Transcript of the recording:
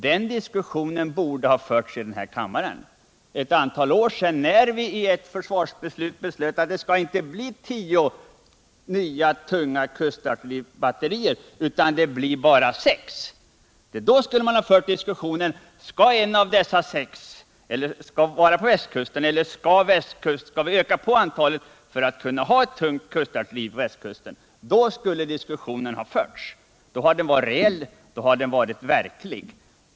Den diskussionen borde ha förts i den här kammaren för ett antal år sedan, när vi efter en försvarsdebatt beslöt att det inte skulle bli tio nya tunga kustartilleribatterier utan bara sex. Då skulle man ha fört diskussionen: Skall ett av dessa vara vid västkusten, eller skall vi öka antalet för att kunna ha tungt artilleri på västkusten? Då skulle diskussionen ha förts. Då hade den varit reell.